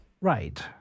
right